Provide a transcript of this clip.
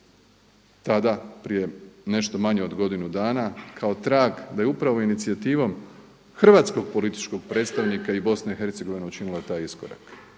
tada prije nešto manje od godinu dana kao trag da je upravo inicijativom hrvatskog političkog predstavnika i Bosna i Hercegovina učinila taj iskorak.